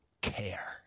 care